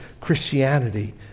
Christianity